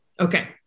Okay